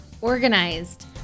organized